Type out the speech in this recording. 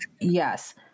Yes